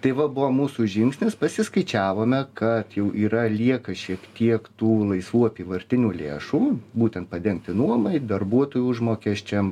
tai va buvo mūsų žingsnis pasiskaičiavome kad jau yra lieka šiek tiek tų laisvų apyvartinių lėšų būtent padengti nuomai darbuotojų užmokesčiam